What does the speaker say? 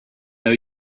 know